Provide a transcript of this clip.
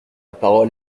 parole